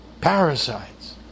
parasites